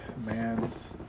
man's